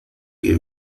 que